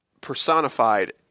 personified